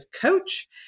coach